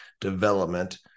development